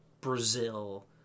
Brazil